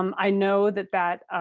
um i know that that